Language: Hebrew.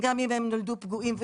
גם אם הם נולדו פגועים ושונים.